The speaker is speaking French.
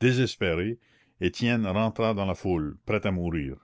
désespéré étienne rentra dans la foule prêt à mourir